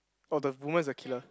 oh the woman is a killer